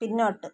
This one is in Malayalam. പിന്നോട്ട്